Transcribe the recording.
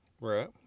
Right